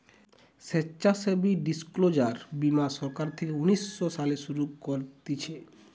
স্বেচ্ছাসেবী ডিসক্লোজার বীমা সরকার থেকে উনিশ শো সালে শুরু করতিছে